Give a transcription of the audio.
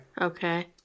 Okay